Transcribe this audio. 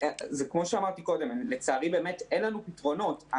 כפי שאמרתי קודם, לצערי אין לנו פתרונות.